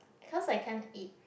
cause I can't eat